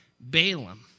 Balaam